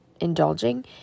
indulging